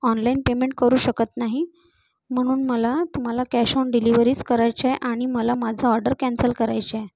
online payment करू शकत नाही म्हणून मला तुम्हाला कॅश ऑन डिलिव्हरीच करायची आहे आणि मला माझं ऑर्डर कॅन्सल करायची आहे